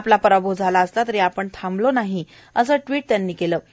आपला पराभव झाला असला तरी आपण थांबलो नाहीत असं ट्वीट त्यांनी केलं आहे